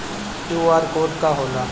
QR code का होला?